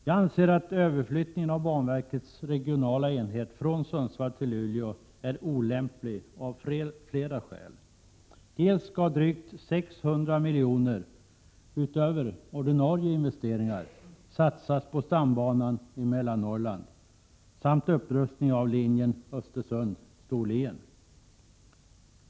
Jag anser att överflyttningen av banverkets regionala enhet från Sundsvall till Luleå är olämplig av flera skäl. Bl.a. skall drygt 600 miljoner, utöver ordinarie investeringar, satsas på stambanan i Mellannorrland samt på upprustning av linjen Östersund-Storlien.